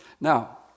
Now